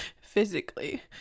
Physically